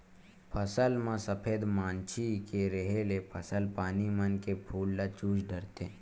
फसल म सफेद मांछी के रेहे ले फसल पानी मन के फूल ल चूस डरथे